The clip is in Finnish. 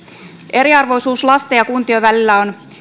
eriarvoisuus lasten ja kuntien välillä on